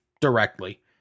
directly